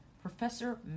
Professor